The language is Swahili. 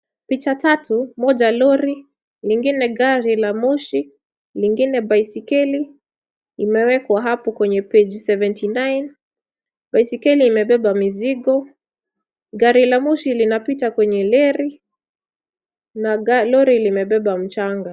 Picha tatu moja lori , ingine gari ya moshi lingine baiskeli imewekwa hapo kwenye page 79. Baiskeli imebeba mizigo, gari la moshi linapita kwenye reli na lori limebeba mchanga.